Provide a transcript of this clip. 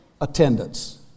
attendance